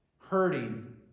hurting